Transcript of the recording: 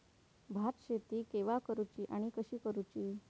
भात शेती केवा करूची आणि कशी करुची?